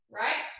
right